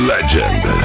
Legend